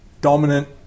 dominant